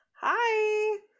hi